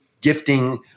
gifting